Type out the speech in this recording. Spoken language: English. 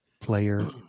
Player